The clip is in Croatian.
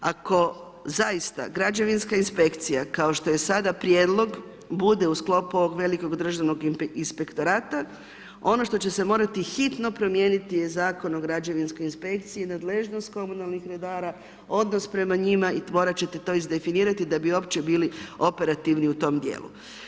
Ako zaista građevinska inspekcija, kao što je sada prijedlog, bude u sklopu ovog velikog državnog inspektorata, ono što će se morati hitno promijeniti, je Zakon o građevinskoj inspekciji, nadležnost komunalnih redara, odnos prema njima i morat ćete to iz definirati da bi uopće bili operativni u tome dijelu.